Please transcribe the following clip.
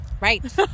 right